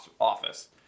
office